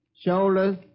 Shoulders